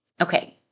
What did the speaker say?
Okay